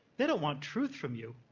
they don't want truth from you.